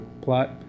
plot